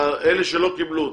לאלה שלא קיבלו אותה.